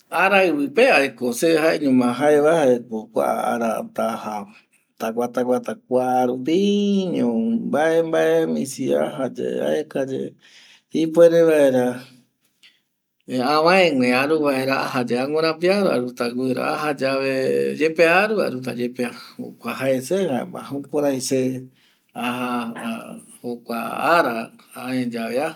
Araivi pe ko se jaeño ma jaeva jaeko se taja taguaguata kuarupiño vae vae misi aja ye aekaye ipuere vaera amaere aru vaera yepea aesa ye yepea aruta, jaema jukurai se aja jokua ara aeyave aja